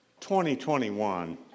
2021